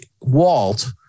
Walt